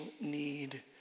need